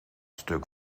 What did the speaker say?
stuk